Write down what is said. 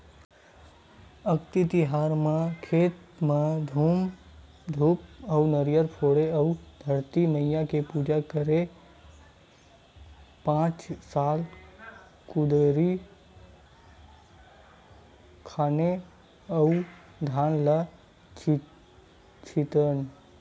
अक्ती तिहार म खेत म हूम धूप अउ नरियर फोड़थन अउ धरती मईया के पूजा करके पाँच सात कुदरी खनथे अउ धान ल छितथन